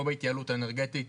לא בהתייעלות האנרגית.